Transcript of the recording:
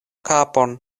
kapon